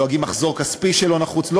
דואגים למחזור כספי שלא נחוץ,